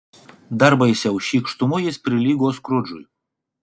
dar baisiau šykštumu jis prilygo skrudžui